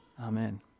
Amen